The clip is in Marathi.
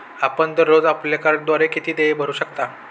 आपण दररोज आपल्या कार्डद्वारे किती देय भरू शकता?